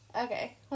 Okay